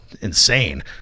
insane